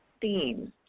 themes